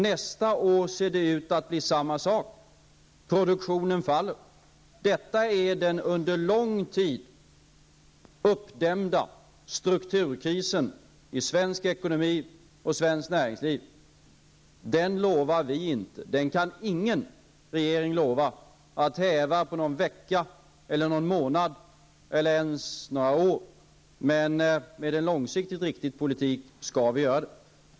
Nästa år ser det ut att bli fråga om samma sak; produktionen faller. Detta är den under lång tid uppdämda strukturkrisen i svensk ekonomi och svenskt näringsliv. Den lovar vi inte -- den kan ingen regering lova -- att häva på någon vecka, någon månad eller ens några år. Men med en långsiktigt riktig politik skall vi göra det.